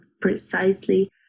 precisely